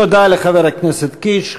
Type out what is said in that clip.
תודה לחבר הכנסת קיש.